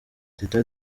teta